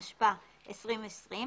התשפ"א-2020,